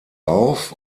auf